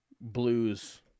Blues